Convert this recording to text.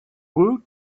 woot